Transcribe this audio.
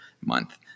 month